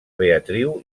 beatriu